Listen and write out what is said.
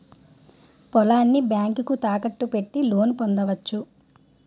పొలాన్ని బ్యాంకుకు తాకట్టు పెట్టి లోను పొందవచ్చు